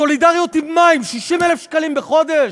סולידריות עם מה, עם 60,000 שקלים בחודש?